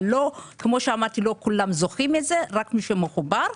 אבל לא כולם זוכים לזה רק מי שמחובר,